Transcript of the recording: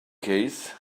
case